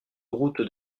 route